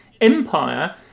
Empire